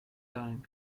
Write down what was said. time